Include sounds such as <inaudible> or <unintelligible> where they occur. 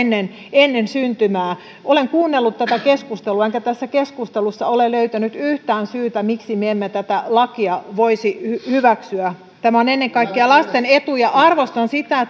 ennen syntymää olen kuunnellut tätä keskustelua enkä tässä keskustelussa ole löytänyt yhtään syytä miksi me emme tätä lakia voisi hyväksyä tämä on ennen kaikkea lasten etu ja arvostan sitä <unintelligible>